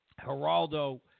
Geraldo